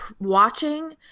watching